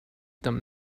them